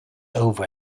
over